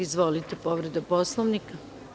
Izvolite, povreda Poslovnika.